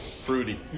Fruity